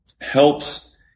helps